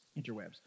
interwebs